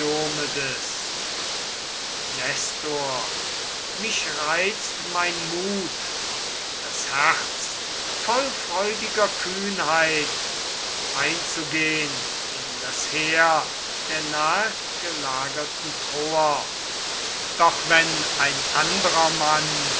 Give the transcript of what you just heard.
mich reizt mein mut und das herz voll freudiger kühnheit einzugehn in das heer der nahe gelagerten troer doch wenn ein anderer mann